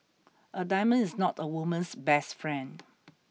a diamond is not a woman's best friend